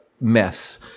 mess